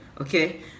Okay